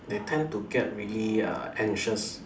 they tend to get really err anxious